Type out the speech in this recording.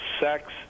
Sex